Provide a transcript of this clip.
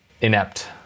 inept